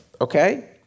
Okay